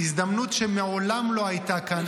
-- הזדמנות שמעולם לא הייתה כאן.